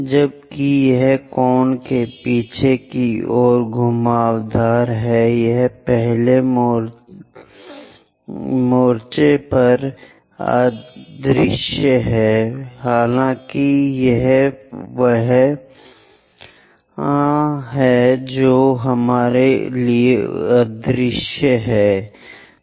जबकि यह कोण के पीछे की ओर घुमावदार है यह पहले मोर्चे पर अदृश्य होगा हालांकि यह वहां है जो हमारे लिए अदृश्य है